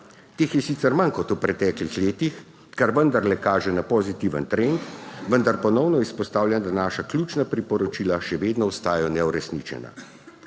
Teh je sicer manj kot v preteklih letih, kar vendarle kaže na pozitiven trend, vendar ponovno izpostavljam, da naša ključna priporočila še vedno ostajajo neuresničena.